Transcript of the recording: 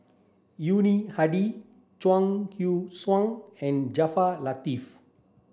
Yuni Hadi Chuang Hui Tsuan and Jaafar Latiff